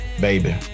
Baby